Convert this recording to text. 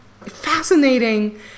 fascinating